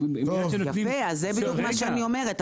זה בדיוק מה שאני אומרת.